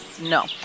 No